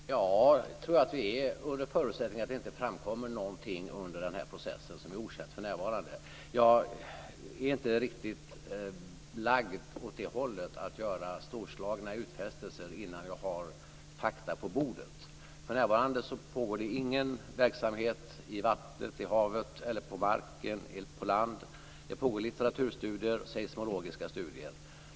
Fru talman! Ja, det tror jag att vi är, under förutsättning att det inte framkommer någonting under denna process som är okänt för närvarande. Jag är inte riktigt lagd åt att göra storslagna utfästelser innan jag har fakta på bordet. För närvarande pågår det ingen verksamhet i havet eller på land. Det pågår litteraturstudier och seismologiska studier.